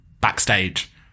backstage